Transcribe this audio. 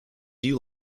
you